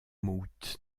mout